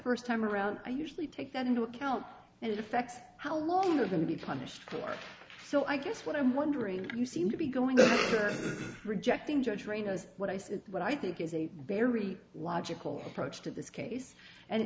first time around i usually take that into account and it affects how long you're going to be punished for it so i guess what i'm wondering you seem to be going to your rejecting judge rayna's what i said what i think is a very logical approach to this case and